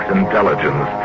intelligence